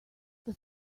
this